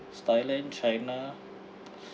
it's thailand china